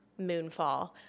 Moonfall